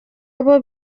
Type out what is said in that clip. abo